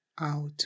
out